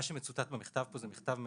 מה שצוטט מהמכתב פה זה מכתב מהפרקליטות,